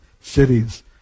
cities